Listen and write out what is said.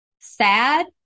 sad